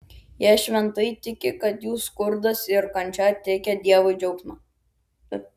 jie šventai tiki kad jų skurdas ir kančia teikia dievui džiaugsmą